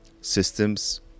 systems